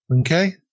okay